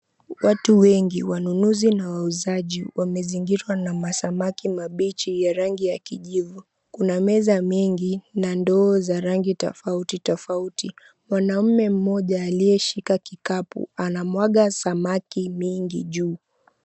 Watu wengi, wanunuzi na wauzaji wamezingirwa na masamaki mabichi ya rangi ya kijivu. Kuna meza mengi na ndoo za rangi tofauti tofauti. Mwanaume mmoja aliyeshika kikapu anamwaga samaki mingi juu.